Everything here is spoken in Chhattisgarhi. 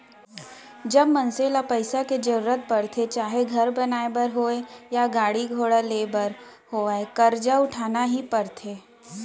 जब मनसे ल पइसा के जरुरत परथे चाहे घर बनाए बर होवय या गाड़ी घोड़ा लेय बर होवय करजा उठाना ही परथे